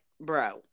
bro